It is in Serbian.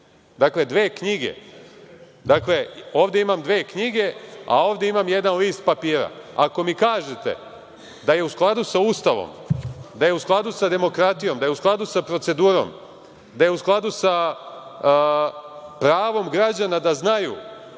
Dakle, dve knjige, ovde imam dve knjige, a ovde imam jedan list papira. Ako mi kažete, da je u skladu sa Ustavom, da je u skladu sa demokratijom, da je u skladu sa procedurom, da je u skladu sa pravom građana da znaju